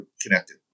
connected